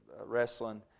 wrestling